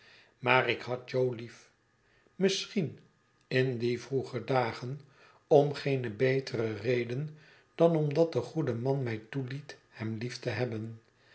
maar ik had jo lief misschien in die vroege dagen om geene betere reden dan omdat de goede man mij toeliet hem lief te hebben